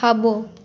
खाबो॒